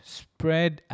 spread